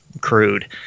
crude